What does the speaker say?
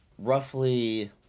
Roughly